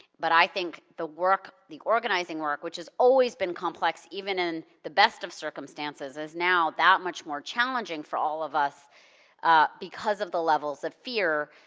but i think the work, the organizing work, which has always been complex, even in the best of circumstances, is now that much more challenging for all of us because of the levels of fear.